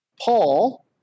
Paul